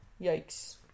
Yikes